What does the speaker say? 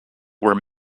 were